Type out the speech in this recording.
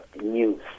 news